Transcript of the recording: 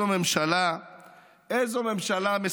איזו ממשלה,